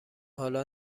حالا